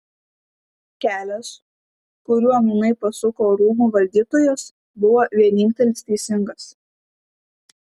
kelias kuriuo nūnai pasuko rūmų valdytojas buvo vienintelis teisingas